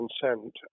consent